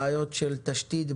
בעיות של תשתית,